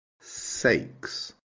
sakes